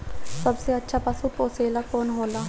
सबसे अच्छा पशु पोसेला कौन होला?